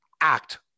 act